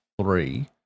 three